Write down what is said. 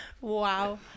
Wow